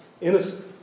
Innocent